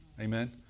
Amen